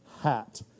hat